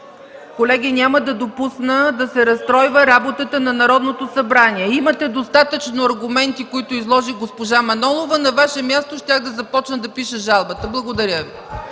Колеги, няма да допусна да се разстройва работата на Народното събрание. Имате достатъчно аргументи, които изложи госпожа Манолова. На Ваше място щях да започна да пиша жалбата. Благодаря Ви.